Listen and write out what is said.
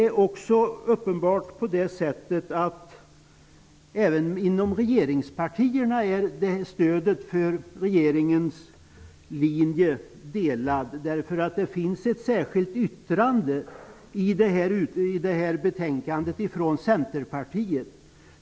Även inom regeringspartierna är åsikterna om regeringens linje delade. Det finns ett särskilt yttrande i betänkandet från Centerpartiet.